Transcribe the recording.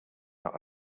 not